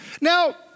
Now